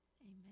Amen